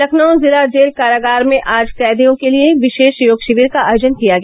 लखनऊ जिला जेल कारागार में आज कैदियों के लिए विशेा योग शिविर का आयोजन किया गया